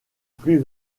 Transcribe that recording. plus